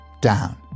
down